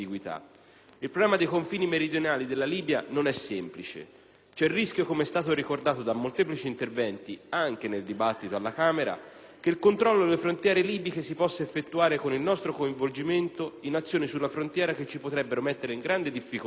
Il problema dei confini meridionali della Libia non è semplice. C'è il rischio - come è stato ricordato da molteplici interventi, anche nel dibattito alla Camera - che il controllo delle frontiere libiche si possa effettuare con il nostro coinvolgimento in azioni sulla frontiera che ci potrebbero mettere in grande difficoltà,